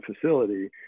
facility